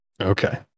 Okay